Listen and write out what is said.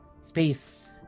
space